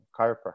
chiropractor